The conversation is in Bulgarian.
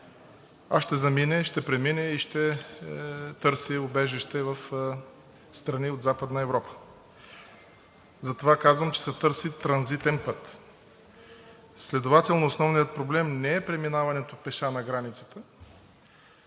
а ще замине, ще премине и ще търси убежище в страни от Западна Европа. Затова казвам, че се търси транзитен път. Следователно, основният проблем не е преминаването пеша на границата,